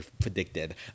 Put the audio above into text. predicted